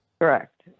Correct